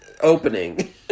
opening